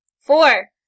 Four